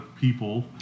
people